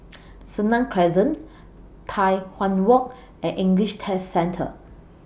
Senang Crescent Tai Hwan Walk and English Test Centre